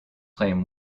claim